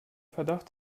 verdacht